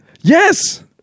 Yes